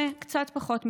לפני קצת פחות מחודש,